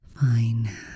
fine